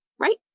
Right